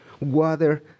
water